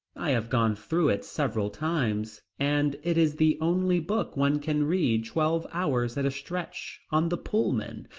i have gone through it several times, and it is the only book one can read twelve hours at a stretch, on the pullman,